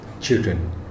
children